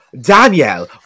Danielle